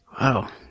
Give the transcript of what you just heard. Wow